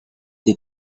the